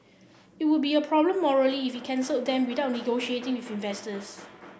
it would be a problem morally if it cancelled them without negotiating with investors